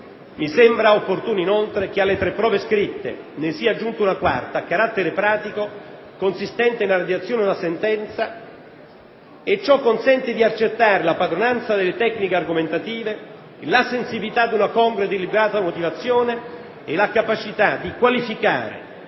Mi sembra opportuno, inoltre, che alle tre prove scritte ne sia aggiunta una quarta, a carattere pratico, consistente nella redazione di una sentenza; ciò consente di accertare la padronanza delle tecniche argomentative, la sensibilità ad una congrua ed equilibrata motivazione e la capacità di qualificare